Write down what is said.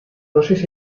dosis